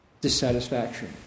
dissatisfaction